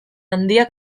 handiak